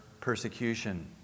persecution